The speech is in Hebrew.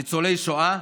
ניצולי השואה,